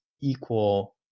equal